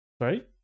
Right